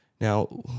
Now